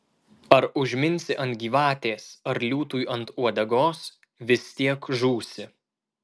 ar užminsi ant gyvatės ar liūtui ant uodegos vis tiek žūsi